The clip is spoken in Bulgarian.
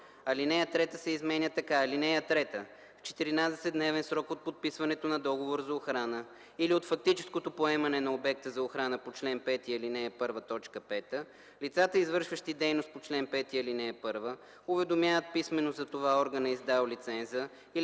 Алинея 1 се изменя така: